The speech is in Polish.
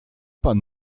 pan